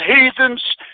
heathens